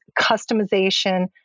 customization